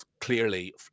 clearly